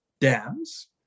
dams